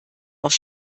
auch